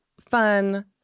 fun